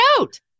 out